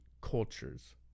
cultures